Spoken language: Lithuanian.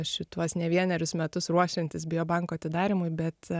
šituos ne vienerius metus ruošiantis biobanko atidarymui bet